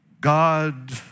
God